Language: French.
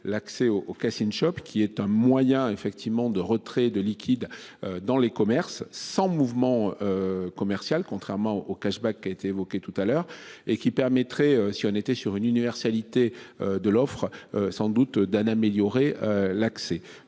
l'accès au au casting choc qui est un moyen effectivement de retraits de liquide dans les commerces sans mouvement. Commercial, contrairement au cashback qui a été évoqué tout à l'heure et qui permettrait si on était sur une universalité. De l'offre sans doute d'un. Améliorer l'accès.